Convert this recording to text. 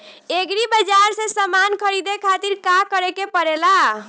Agri बाज़ार से समान ख़रीदे खातिर का करे के पड़ेला?